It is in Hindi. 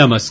नमस्कार